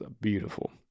beautiful